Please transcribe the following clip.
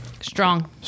strong